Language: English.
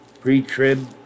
pre-trib